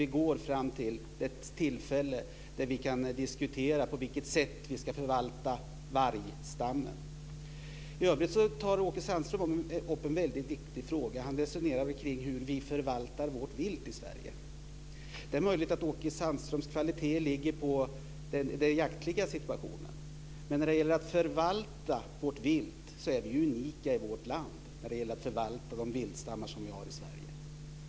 Vi går fram till ett tillfälle där vi kan diskutera på vilket sätt vi ska förvalta vargstammen. I övrigt tar Åke Sandström upp en väldigt viktig fråga. Han resonerar kring hur vi förvaltar vårt vilt i Sverige. Det är möjligt att Åke Sandströms kvalitet ligger i den jaktliga situationen. Men när det gäller att förvalta vårt vilt och de viltstammar vi har i Sverige är vi unika i vårt land.